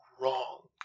wrong